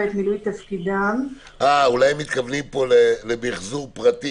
ירוחם עברה תהליך בשנים האחרונות להצבה של מתקני מיחזור.